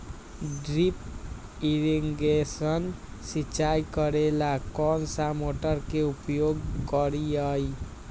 Drip irrigation सिंचाई करेला कौन सा मोटर के उपयोग करियई?